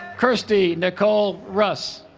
kirstie nicole russ